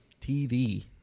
tv